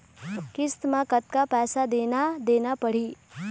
किस्त म कतका पैसा देना देना पड़ही?